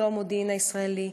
לא המודיעין הישראלי,